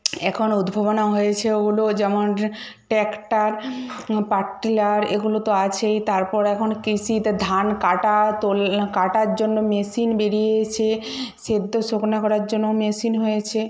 এখন উদ্ভাবন হয়েছে ওগুলো যেমন ট্র্যাক্টর পাটলার এগুলো তো আছেই তারপর এখন কৃষিতে ধান কাটার তল কাটার জন্য মেশিন বেরিয়েছে সেদ্ধ শুকনো করার জন্যও মেশিন হয়েছে